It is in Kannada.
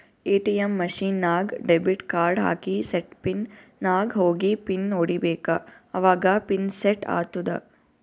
ಎ.ಟಿ.ಎಮ್ ಮಷಿನ್ ನಾಗ್ ಡೆಬಿಟ್ ಕಾರ್ಡ್ ಹಾಕಿ ಸೆಟ್ ಪಿನ್ ನಾಗ್ ಹೋಗಿ ಪಿನ್ ಹೊಡಿಬೇಕ ಅವಾಗ ಪಿನ್ ಸೆಟ್ ಆತ್ತುದ